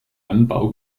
anbau